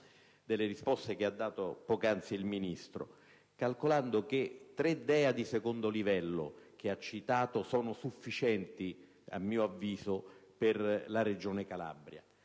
delle risposte date poc'anzi dal Ministro, in quanto le tre DEA di secondo livello da lui citate sono sufficienti, a mio avviso, per la Regione Calabria.